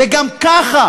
וגם ככה